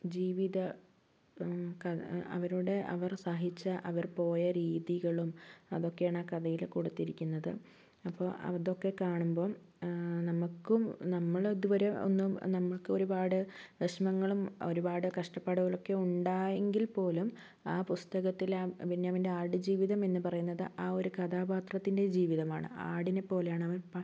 ജീവിത കഥ അവരുടെ അവർ സഹിച്ച അവർ പോയ രീതികളും അതൊക്കെയാണ് ആ കഥയില് കൊടുത്തിരിക്കുന്നത് അപ്പോൾ അതൊക്കെ കാണുമ്പോൾ നമക്കും നമ്മളിതുവരെ ഒന്നും നമ്മൾക്കൊരുപാട് വിഷമങ്ങളും ഒരുപാട് കഷ്ട്ടപ്പാടുകളുമൊക്കെ ഉണ്ട് എങ്കിൽ പോലും ആ പുസ്തകത്തിലെ ബെന്യാമൻ്റെ ആടുജീവിതം എന്നു പറയുന്നത് ആ ഒരു കഥാപാത്രത്തിൻ്റെ ജീവിതമാണ് ആടിനെ പോലെയാണ് അവര് പ